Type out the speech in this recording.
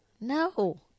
No